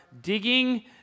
digging